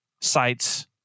sites